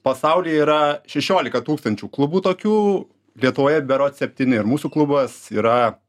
pasauly yra šešiolika tūkstančių klubų tokių lietuvoje berods septyni ir mūsų klubas yra